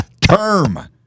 term